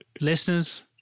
listeners